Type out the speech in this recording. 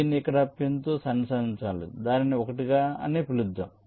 దీన్ని ఇక్కడ పిన్తో అనుసంధానించాలి దానిని 1 అని పిలుద్దాం